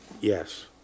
Yes